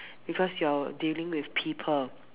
because you're dealing with people